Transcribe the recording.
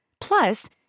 Plus